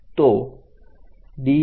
તો DV